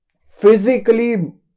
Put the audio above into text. physically